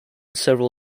several